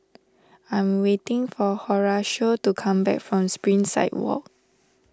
I'm waiting for Horacio to come back from Springside Walk